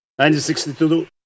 1962